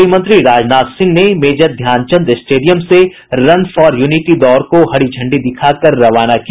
गृहमंत्री राजनाथ सिंह ने major Dhyan Chand stadium से रन फॉर यूनिटी दौड़ को झंडी दिखाकर रवाना किया